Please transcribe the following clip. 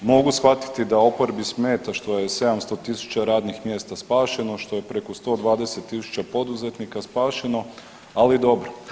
Mogu shvatiti da oporbi smeta što je 700.000 radnih mjesta spašeno što je preko 120.000 poduzetnika spašeno, ali dobro.